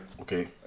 Okay